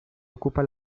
ocupa